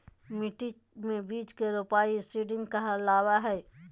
मिट्टी मे बीज के रोपाई सीडिंग कहलावय हय